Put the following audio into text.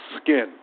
skin